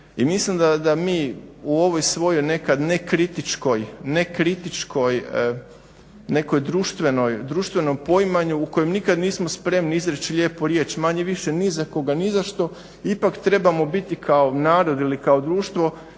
mislim da mi u ovoj svojoj nekad nekritičkoj nekoj društvenom poimanju u kojem nikad nismo spremni izreći lijepu riječ manje-više ni za koga nizašto ipak trebamo biti kao narod ili kao društvo